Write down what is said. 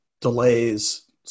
delays